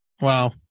Wow